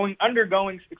undergoing